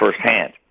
firsthand